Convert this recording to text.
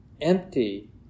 empty